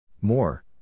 More